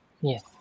Yes